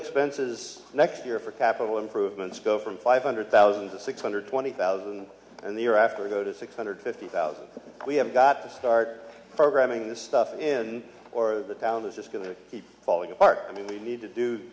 expenses next year for capital improvements go from five hundred thousand to six hundred twenty thousand and the year after we go to six hundred fifty thousand we have got to start programming this stuff in or the town is just going to keep falling apart i mean we need to do